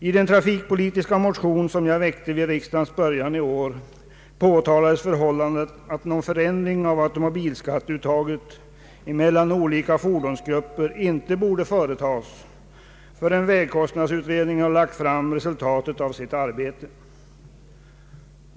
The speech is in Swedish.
I den trafikpolitiska motion, som jag väckte vid riksdagens början i år, påtalades förhållandet att någon förändring av automobilskatteuttaget emellan olika fordonsgrupper icke borde företagas förrän vägkostnadsutredningen har lagt fram resultatet av sitt arbete.